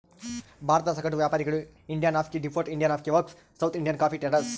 ಭಾರತದ ಸಗಟು ವ್ಯಾಪಾರಿಗಳು Indian coffee depot, Indian coffee works, South Indian coffee traders